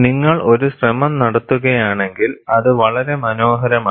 നിങ്ങൾ ഒരു ശ്രമം നടത്തുകയാണെങ്കിൽ അത് വളരെ മനോഹരമാണ്